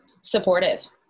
supportive